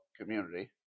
community